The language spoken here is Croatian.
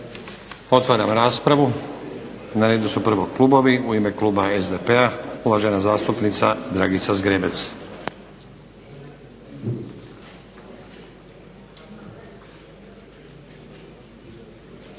Otvaram raspravu. Na redu su prvo klubovi. U ime kluba SDP-a uvažena zastupnica Dragica Zgrebec.